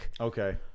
Okay